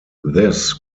this